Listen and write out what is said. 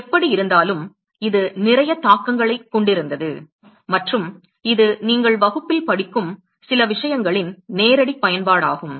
எப்படியிருந்தாலும் இது நிறைய தாக்கங்களைக் கொண்டிருந்தது மற்றும் இது நீங்கள் வகுப்பில் படிக்கும் சில விஷயங்களின் நேரடிப் பயன்பாடாகும்